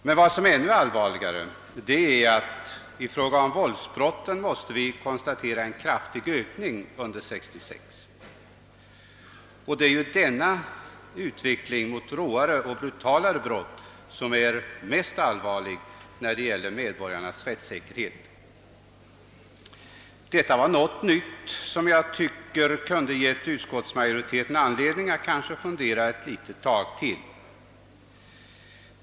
Men vad som är ännu allvarligare är att vi i fråga om våldsbrotten måste konstatera en kraftig ökning under 1966. Denna utveckling mot råare och brutalare brott är det mest betänkliga när det gäller medborgarnas rättssäkerhet. Detta, herr talman, är något nytt som inträffat sedan höstriksdagen, vilket jag tycker kunde ha givit utskottsmajoriteten anledning att fundera ytterligare eit tag på det problem vi nu behandlar.